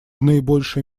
наибольшей